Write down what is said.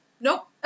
Nope